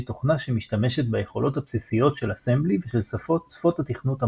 תוכנה שמשתמשת ביכולות הבסיסיות של אסמבלי ושל שפות התכנות המודרניות.